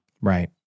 Right